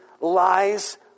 lies